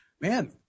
Man